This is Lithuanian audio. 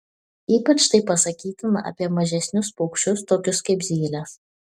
ypač tai pasakytina apie mažesnius paukščius tokius kaip zylės